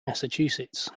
massachusetts